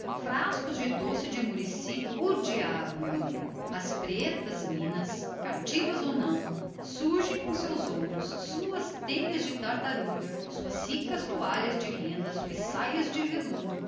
frascos de compota de murici bacuri buriti o diabo meu caro senhor as pretas minas cativas ou forras surgem com os seus ouros as suas ricas telhas de tartaruga as suas ricas toalhas de rendas suas belas saias de veludo